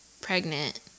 pregnant